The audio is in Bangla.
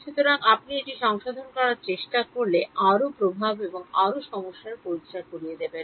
সুতরাং আপনি এটি সংশোধন করার চেষ্টা করে আরও প্রভাব এবং আরও সমস্যার পরিচয় করিয়ে দেবেন